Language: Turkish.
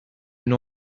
bin